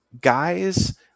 Guys